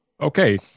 Okay